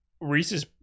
Reese's